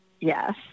Yes